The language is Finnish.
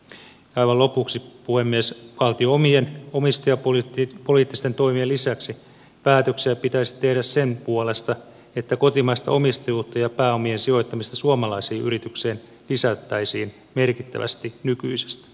aivan lopuksi puhemies valtion omien omistajapoliittisten toimien lisäksi päätöksiä pitäisi tehdä sen puolesta että kotimaista omistajuutta ja pääomien sijoittamista suomalaisiin yrityksiin lisättäisiin merkittävästi nykyisestä